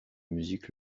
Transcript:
musique